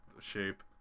shape